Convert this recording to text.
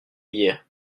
hier